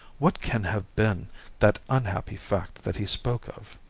what can have been that unhappy fact that he spoke of